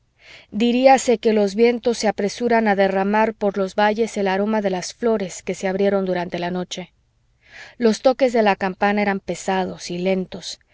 vida diríase que los vientos se apresuran a derramar por los valles el aroma de las flores que se abrieron durante la noche los toques de la campana eran pesados y lentos